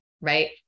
right